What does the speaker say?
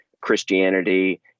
Christianity